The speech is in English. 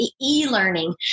e-learning